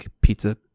pizza